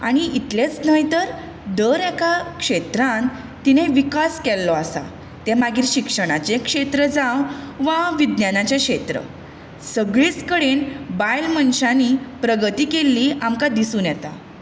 आनी इतलेंच न्हय तर दर एका क्षेत्रान तिणें विकास केल्लो आसा तें मागीर शिक्षणाचें क्षेत्र जावं वा विज्ञानाचें क्षेत्र सगळीच कडेन बायल मनशांनी प्रगती केल्ली आमकां दिसून येता